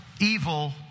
evil